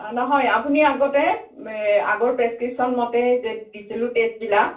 অঁ নহয় আপুনি আগতে আগৰ প্ৰেচক্ৰিপশ্যন মতে যে দিছিলোঁ টেষ্টবিলাক